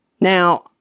Now